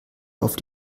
auf